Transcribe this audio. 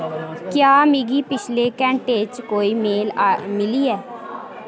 क्या मिगी पिछले घैंटे च कोई मेल हा मिली ऐ